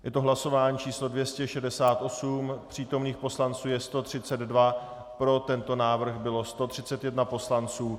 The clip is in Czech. Je to hlasování číslo 268, přítomných poslanců je 132, pro tento návrh bylo 131 poslanců.